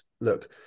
look